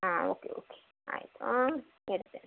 ಹಾಂ okay okay ಆಯಿತು ಇಡ್ತೇನೆ